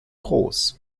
groß